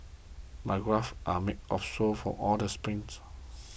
my calves are sore from all the sprints